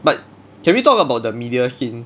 but can we talk about the media scene